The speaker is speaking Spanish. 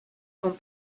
con